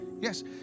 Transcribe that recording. Yes